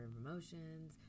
emotions